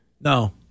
No